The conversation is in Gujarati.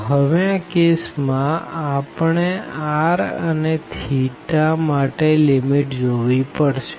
તો હવે આ કેસ માં આપણે R અને માટે લીમીટ જોવી પડશે